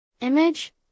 Image